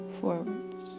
forwards